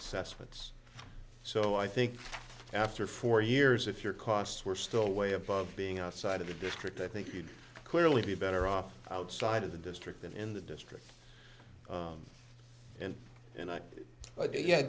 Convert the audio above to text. assessments so i think after four years if your costs were still way above being outside of the district i think you'd clearly be better off outside of the district than in the district and